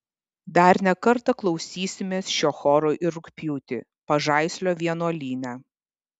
dar ne kartą klausysimės šio choro ir rugpjūtį pažaislio vienuolyne